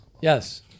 Yes